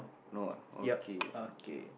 no ah okay